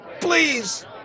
Please